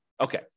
Okay